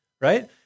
right